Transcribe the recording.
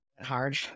hard